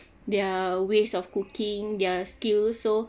their ways of cooking their skill so